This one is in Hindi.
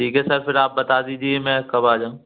ठीक है सर फिर आप बता दीजिए मैं कब आ जाऊँ